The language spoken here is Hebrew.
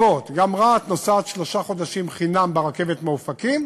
נוסעת שלושה חודשים חינם ברכבת מאופקים,